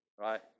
right